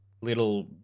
little